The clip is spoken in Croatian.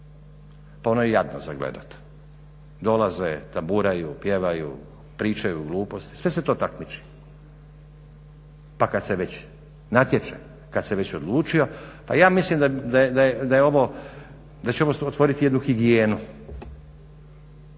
pa ono je jadno za gledat. Dolaze, tamburaju, pjevaju, pričaju gluposti, sve se to takmiči, pa kad se već natječe, kad se već odlučio pa ja mislim da je ovo, da će ovo otvoriti jednu higijenu,